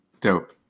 Dope